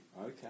Okay